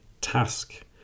task